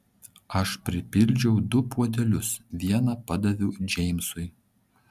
aš pripildžiau du puodelius vieną padaviau džeimsui